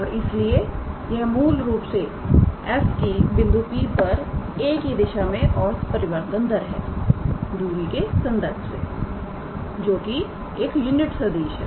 और इसलिए यह मूल रूप से f की बिंदु P पर 𝑎̂ की दिशा में औसत परिवर्तन दर है दूरी के संदर्भ से जोकि एक यूनिट सदिश है